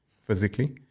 physically